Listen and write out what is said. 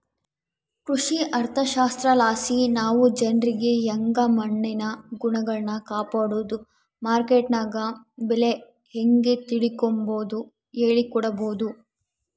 ಕೃಷಿ ಅರ್ಥಶಾಸ್ತ್ರಲಾಸಿ ನಾವು ಜನ್ರಿಗೆ ಯಂಗೆ ಮಣ್ಣಿನ ಗುಣಗಳ್ನ ಕಾಪಡೋದು, ಮಾರ್ಕೆಟ್ನಗ ಬೆಲೆ ಹೇಂಗ ತಿಳಿಕಂಬದು ಹೇಳಿಕೊಡಬೊದು